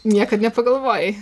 niekad nepagalvojai